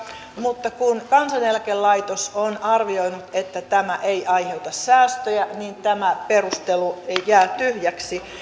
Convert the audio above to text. mutta kun kansaneläkelaitos on arvioinut että tämä ei aiheuta säästöjä niin tämä perustelu jää tyhjäksi